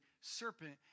serpent